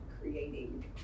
creating